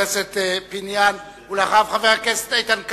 חבר הכנסת פיניאן, ואחריו, חבר הכנסת איתן כבל.